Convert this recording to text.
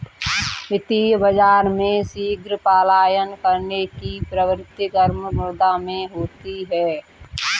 वित्तीय बाजार में शीघ्र पलायन करने की प्रवृत्ति गर्म मुद्रा में होती है